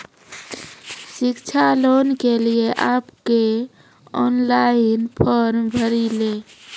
शिक्षा लोन के लिए आप के ऑनलाइन फॉर्म भरी ले?